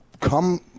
Come